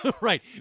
Right